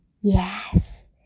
Yes